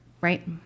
right